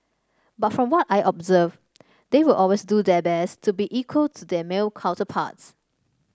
but from what I observed they will always do their best to be equal to their male counterparts